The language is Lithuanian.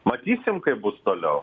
matysim kaip bus toliau